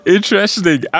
Interesting